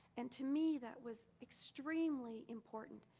and to me, that was extremely important.